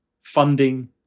funding